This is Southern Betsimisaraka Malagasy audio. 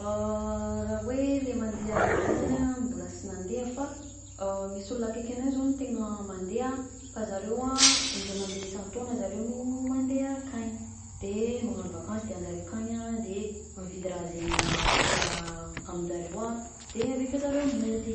Raha hoe le mandeha any ivelany a mbola sy nandeha fa misy olo akaiky agnay zao no tegna mandeha fa zareo a indray mandeha isan-taona zareo no mandeha ankagny de magnano vakansy dianjareo ankagny a de mividy raha zegny raha sisy aminjareo a de avake zareo mody.